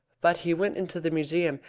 but he went into the museum,